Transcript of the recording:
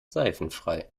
seifenfrei